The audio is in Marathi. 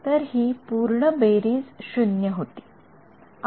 तर हि पूर्ण बेरीज शून्य होती